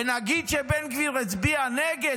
ונגיד שבן גביר הצביע נגד,